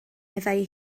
meddai